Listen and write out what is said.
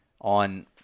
on